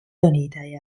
donitaj